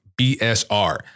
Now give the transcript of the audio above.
BSR